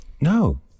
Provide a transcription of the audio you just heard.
No